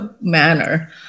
manner